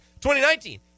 2019